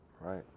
Right